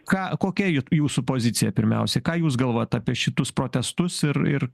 ką kokia jut jūsų pozicija pirmiausiai ką jūs galvojat apie šitus protestus ir ir